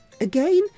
Again